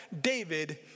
David